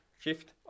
Shift